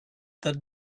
that